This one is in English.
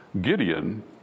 Gideon